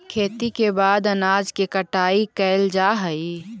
खेती के बाद अनाज के कटाई कैल जा हइ